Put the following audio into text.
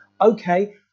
okay